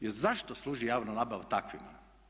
Jer zašto služi javna nabava takvima?